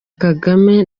kagame